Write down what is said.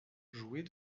jouer